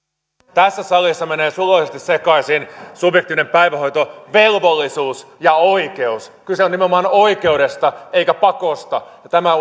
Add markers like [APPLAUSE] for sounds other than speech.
tässä salissa menee suloisesti sekaisin subjektiivinen päivähoitovelvollisuus ja oikeus kyse on nimenomaan oikeudesta eikä pakosta ja tämä [UNINTELLIGIBLE]